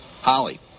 Holly